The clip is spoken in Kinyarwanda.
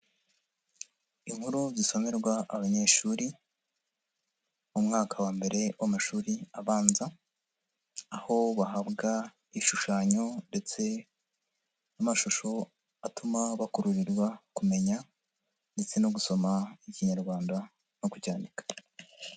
Inkuru zisomerwa abanyeshuri mu mwaka wa mbere w'amashuri abanza, aho bahabwa ibishushanyo ndetse n'amashusho atuma bakururirwa kumenya ndetse no gusoma Ikinyarwanda no kucyandika.